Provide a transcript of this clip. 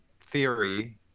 theory